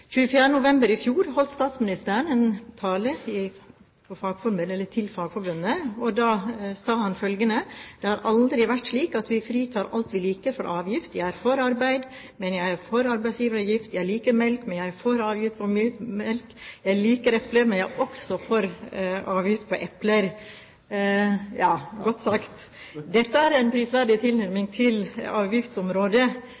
november i fjor holdt statsministeren en tale til Fagforbundet, og da sa han følgende: «Det har heller aldri vært slik at vi fritar alt vi liker for avgift. Jeg er for arbeide, men jeg er for arbeidsgiveravgift. Jeg liker melk, men jeg er for avgift på melk. Jeg liker epler, men det er også avgift på epler.» Godt sagt! Dette er en prisverdig